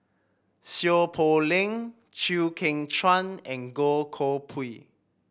Seow Poh Leng Chew Kheng Chuan and Goh Koh Pui